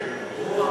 ) אתה יכול,